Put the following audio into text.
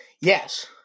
Yes